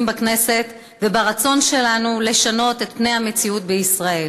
בכנסת וברצון שלנו לשנות את פני המציאות בישראל.